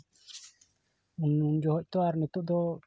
ᱩᱱ ᱡᱚᱠᱷᱚᱱ ᱛᱚ ᱟᱨ ᱱᱤᱛᱳᱜ ᱫᱚ